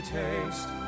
taste